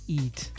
eat